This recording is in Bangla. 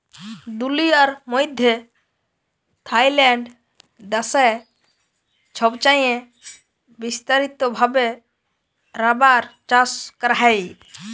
দুলিয়ার মইধ্যে থাইল্যান্ড দ্যাশে ছবচাঁয়ে বিস্তারিত ভাবে রাবার চাষ ক্যরা হ্যয়